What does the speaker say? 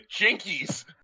Jinkies